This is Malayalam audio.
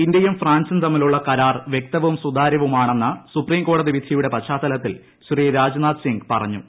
ഇന്ത്യയും ഫ്രാൻസും തമ്മിലുള്ള കരാർ വൃക്തവും സുതാര്യവുമാണെന്ന് സുപ്രീംകോടതി വിധിയുടെ പശ്ചാത്തലത്തിൽ ശ്രീ രാജ്നാഥ് സിംഗ് പറഞ്ഞു